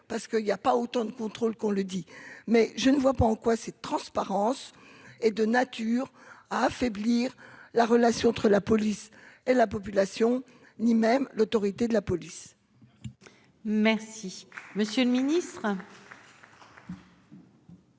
parce qu'il y a pas autant de contrôle qu'on le dit mais je ne vois pas en quoi cette transparence est de nature à affaiblir la relation entre la police et la population, ni même l'autorité de la police. Merci, monsieur le Ministre.